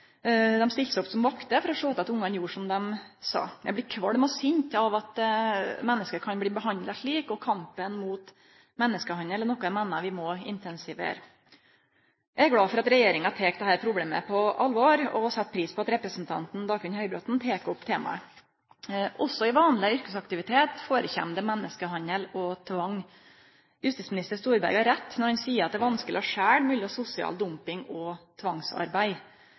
å sjå til at ungane gjorde som dei sa. Eg blir kvalm og sint av at menneske kan bli behandla slik, og kampen mot menneskehandel er noko eg meiner vi må intensivere. Eg er glad for at regjeringa tek dette problemet på alvor, og set pris på at representanten Dagfinn Høybråten tek opp temaet. Også i vanleg yrkesaktivitet førekjem menneskehandel og tvang. Justisminister Storberget har rett når han seier at det er vanskeleg å skilje mellom sosial dumping og tvangsarbeid.